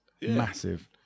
Massive